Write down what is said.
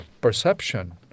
perception